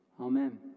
Amen